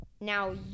Now